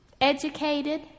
educated